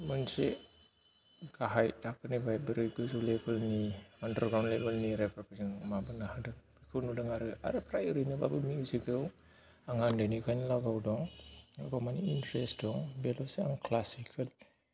मोनसे गाहाय थाखोनिफ्राय बोरै गोजौ लेभेलनि आन्दारग्राउन्द लेभेलनि रेपजों माबानो हादों बेखौ नुदों आरो फ्राय ओरैनोब्लाबो मिउजिकाव आंहा उन्दैनिफ्रायनो लाभआव दं आंबो माने इन्ट्रेस्ट दं अब्बसे आं क्लासिकेल